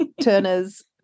Turner's